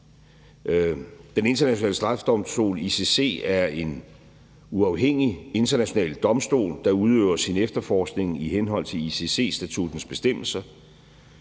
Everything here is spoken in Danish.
Den Internationale Straffedomstol, ICC, er en uafhængig international domstol, der udøver sin efterforskning i henhold til ICC-statuttens bestemmelser,